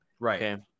Right